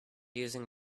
using